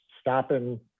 stopping